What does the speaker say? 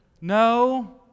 No